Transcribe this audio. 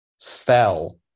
fell